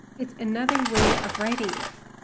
it's another way of writing this.